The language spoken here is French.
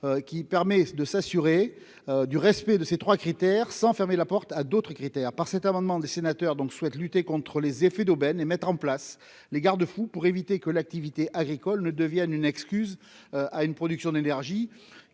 qui permet de s'assurer du respect de ces 3 critères sans fermer la porte à d'autres critères par cet amendement des sénateurs donc souhaite lutter contre les effets d'aubaine et mettre en place les garde-fous pour éviter que l'activité agricole ne devienne une excuse à une production d'énergie